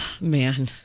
Man